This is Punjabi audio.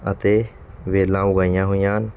ਅਤੇ ਵੇਲਾਂ ਉਗਾਈਆਂ ਹੋਈਆਂ ਹਨ